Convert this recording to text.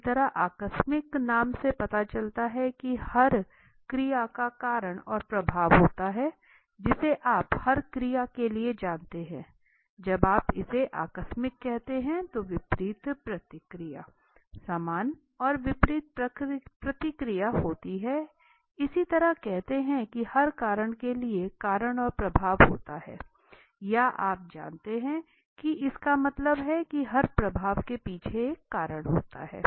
इसी तरह आकस्मिक नाम से पता चलता है कि हर क्रिया का कारण और प्रभाव होता है जिसे आप हर क्रिया के लिए जानते हैं जब आप इसे आकस्मिक कहते हैं तो विपरीत प्रतिक्रिया समान और विपरीत प्रतिक्रिया होती है इसी तरह कहते हैं कि हर कारण के लिए कारण और प्रभाव होता है या आप जानते हैं कि इसका मतलब है कि हर प्रभाव के पीछे एक कारण होता है